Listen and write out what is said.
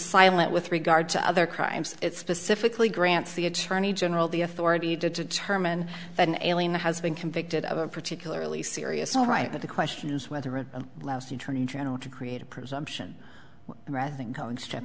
silent with regard to other crimes it's specifically grants the attorney general the authority to determine an alien has been convicted of a particularly serious alright but the question is whether a lousy attorney general to create a presumption the right thing going step